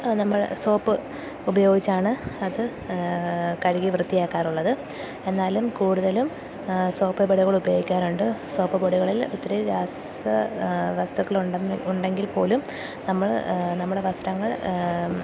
നമ്മള് സോപ്പ് ഉപയോഗിച്ചാണ് അതു കഴുകി വൃത്തിയാക്കാറുള്ളത് എന്നാലും കൂടുതലും സോപ്പ് പൊടികൾ ഉപയോഗിക്കാറുണ്ട് സോപ്പ് പൊടികളിൽ ഒത്തിരി രാസ വസ്തുക്കളുണ്ടെങ്കിൽ പോലും നമ്മള് നമ്മുടെ വസ്ത്രങ്ങൾ